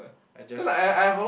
I just